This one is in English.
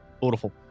Beautiful